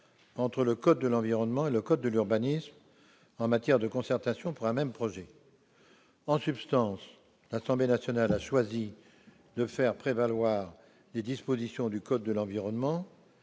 entre le code de l'environnement et le code de l'urbanisme en matière de concertation, pour un même projet. En substance, l'Assemblée nationale a choisi de faire prévaloir les dispositions du code de l'environnement,